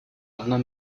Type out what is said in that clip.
одно